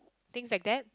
things like that